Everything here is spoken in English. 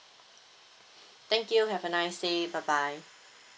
thank you have a nice day bye bye